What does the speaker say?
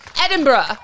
Edinburgh